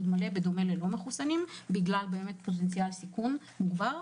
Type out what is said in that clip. מלא בדומה ללא מחוסנים בגלל פוטנציאל סיכון מוגבר.